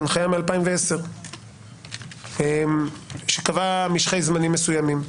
הנחייה מ-2010 שקבעה משכי זמנים מסוימים.